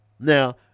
Now